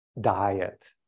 diet